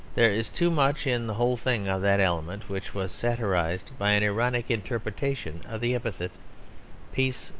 there is too much in the whole thing of that element which was satirised by an ironic interpretation of the epitaph peace,